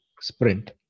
sprint